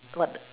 what